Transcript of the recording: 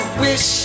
wish